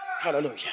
hallelujah